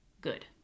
Good